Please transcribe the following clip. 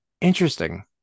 interesting